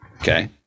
Okay